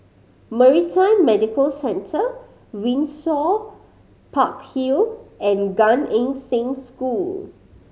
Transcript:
Maritime Medical Centre Windsor Park Hill and Gan Eng Seng School